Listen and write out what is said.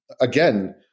again